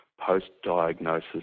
post-diagnosis